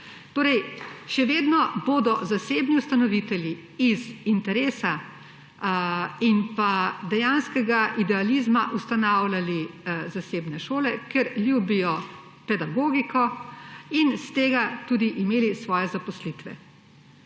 še vedno bodo zasebni ustanovitelji iz interesa in pa dejanskega idealizma ustanavljali zasebne šole, ker ljubijo pedagogiko, in iz tega tudi imeli svoje zaposlitve.